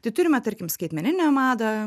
tai turime tarkim skaitmeninę madą